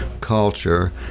culture